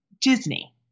Disney